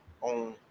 on